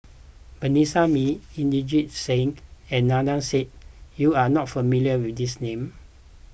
Vanessa Mae Inderjit Singh and Adnan you are not familiar with these names